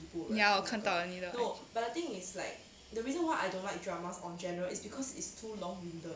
ya 我看到你的